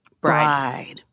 bride